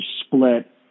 split